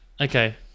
Okay